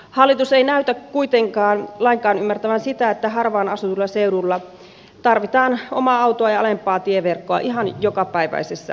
hallitus ei näytä kuitenkaan lainkaan ymmärtävän sitä että harvaan asutuilla seuduilla tarvitaan omaa autoa ja alempaa tieverkkoa ihan jokapäiväisessä elämässä